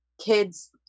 kids